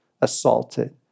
assaulted